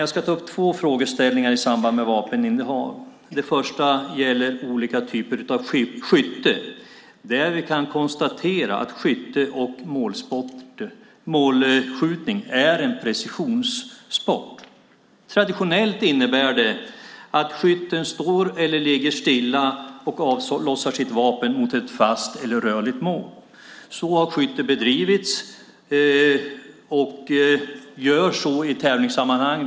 Jag ska ta upp två frågeställningar i samband med vapeninnehav. Den första gäller olika typer av skytte. Vi kan konstatera att skytte och målskjutning är en precisionssport. Traditionellt innebär det att skytten står eller ligger stilla och avlossar sitt vapen mot ett fast eller rörligt mål. Så har skytte bedrivits och bedrivs i tävlingssammanhang.